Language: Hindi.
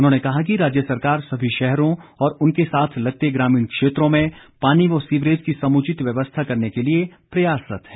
उन्होंने कहा कि राज्य सरकार सभी शहरों और उनके साथ लगते ग्रामीण क्षेत्रों में पानी व सीवरेज की समुचित व्यवस्था करने के लिए प्रयासरत्त है